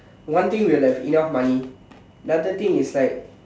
one thing we'll have enough money another thing is like